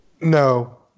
No